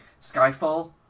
Skyfall